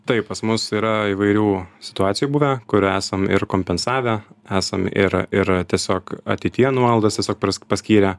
taip pas mus yra įvairių situacijų buvę kur esam ir kompensavę esam ir ir tiesiog ateityje nuolaidas tiesiog paskyrę